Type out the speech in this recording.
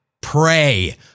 Pray